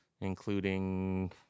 including